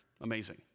amazing